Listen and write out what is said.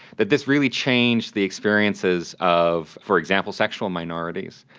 that this really changed the experiences of, for example, sexual minorities,